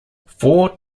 four